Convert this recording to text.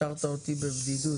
השארת אותי בבדידות.